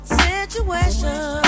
situation